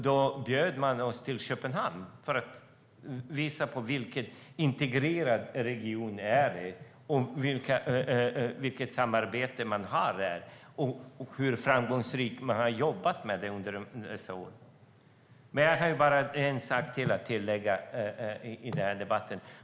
Då bjöd man oss till Köpenhamn för att visa på vilken integrerad region det är, vilket samarbete man har och hur framgångsrikt man har jobbat med det under dessa år. Jag har bara en sak att tillägga i den här debatten.